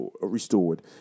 restored